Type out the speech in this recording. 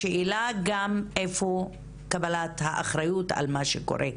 השאלה גם איפה קבלת האחריות על מה שקורה.